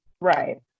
Right